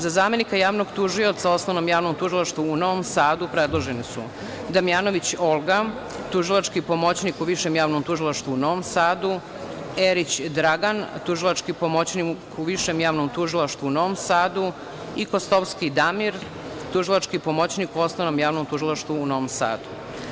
Za zamenika javnog tužioca u Osnovnom javnom tužilaštvu u Novom Sadu predloženi su Damjanović Olga, tužilački pomoćnik u Višem javnom tužilaštvu u Novom Sadu, Erić Dragan, tužilački pomoćnik u Višem javnom tužilaštvu u Novom Sadu i Kostovski Damir, tužilački pomoćnik u Osnovnom javnom tužilaštvu u Novom Sadu.